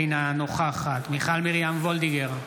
אינה נוכחת מיכל מרים וולדיגר,